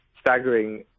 staggering